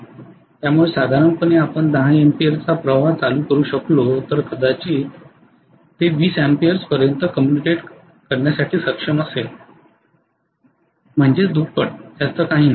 त्यामुळे साधारणपणे आपण १० अँपिअरचा प्रवाह चालू करू शकलो तर कदाचित ते 20 अँपिअर्स पर्यंत कम्म्यूटेट करण्यासाठी सक्षम असेल दुपटीपेक्षा दुप्पट असेलजास्त काही नाही